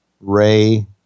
Ray